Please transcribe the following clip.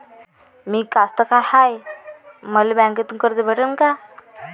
मी कास्तकार हाय, मले बँकेतून कर्ज भेटन का?